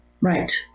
Right